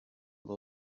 del